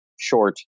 short